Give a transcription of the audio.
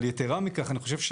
אבל יתרה מכן, אני חושב,